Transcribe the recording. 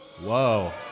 Whoa